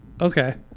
Okay